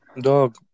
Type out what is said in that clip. Dog